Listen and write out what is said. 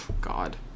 god